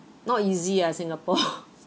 not easy ah singapore